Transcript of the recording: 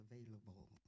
available